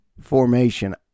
formation